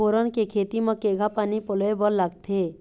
फोरन के खेती म केघा पानी पलोए बर लागथे?